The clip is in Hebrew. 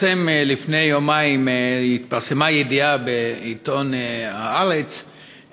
לפני יומיים התפרסמה ידיעה בעיתון "הארץ"